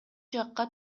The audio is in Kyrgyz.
жакка